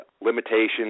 limitations